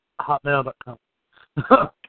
Hotmail.com